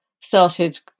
started